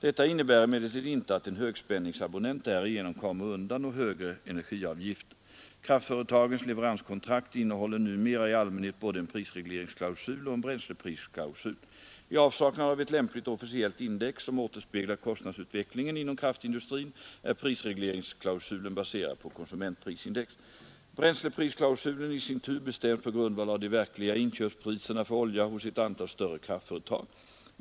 Detta innebär emellertid inte att en högspänningsabonnent därigenom kommer undan högre energiavgifter. Kraftföretagens leveranskontrakt innehåller numera i allmänhet både en prisregle ringsklausul och en bränsleprisklausul. I avsaknad av ett lämpligt officiellt index som återspeglar kostnadsutvecklingen inom kraftindustrin är prisregleringsklausulen baserad på konsumentprisindex. Bränsleprisklausulen i sin tur bestäms på grundval av de verkliga inköpspriserna för olja hos ett antal större kraftföretag.